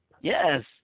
Yes